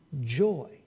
joy